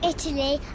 Italy